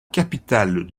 capitale